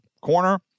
corner